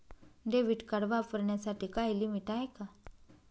Debit card वापरण्यासाठी काही limit आहे का?